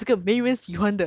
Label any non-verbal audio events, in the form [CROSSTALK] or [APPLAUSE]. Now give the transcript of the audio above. !aiya! [NOISE]